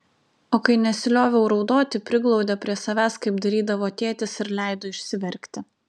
o kai nesilioviau raudoti priglaudė prie savęs kaip darydavo tėtis ir leido išsiverkti